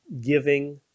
giving